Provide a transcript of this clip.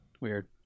weird